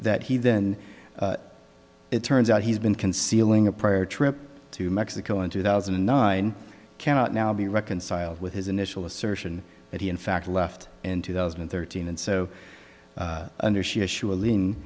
that he then it turns out he's been concealing a prior trip to mexico in two thousand and nine cannot now be reconciled with his initial assertion that he in fact left in two thousand and thirteen and so under she issu